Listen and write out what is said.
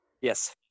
Yes